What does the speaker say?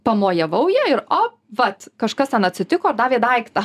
pamojavau ja ir o vat kažkas ten atsitiko davė daiktą